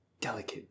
Delicate